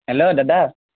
hello দাদা